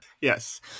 Yes